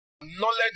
knowledge